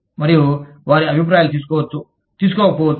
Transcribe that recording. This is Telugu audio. మరియు వారి అభిప్రాయాలు తీసుకోవచ్చు తీసుకోకపోవచ్చు